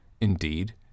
indeed